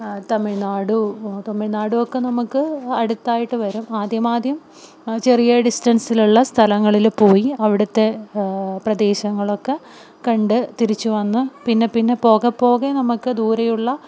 തമിഴ്നാടു തമിഴ്നാടുമൊക്കെ നമുക്ക് അടുത്തായിട്ട് വരും ആദ്യമാദ്യം ചെറിയ ഡിസ്റ്റൻസിലുള്ള സ്ഥലങ്ങളില് പോയി അവിടുത്തെ പ്രദേശങ്ങളൊക്കെ കണ്ട് തിരിച്ചുവന്ന് പിന്നെ പിന്നെ പോകപോകെ നമുക്ക് ദൂരെയുള്ള